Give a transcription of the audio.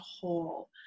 whole